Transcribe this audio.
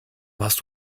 machst